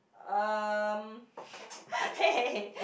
um hey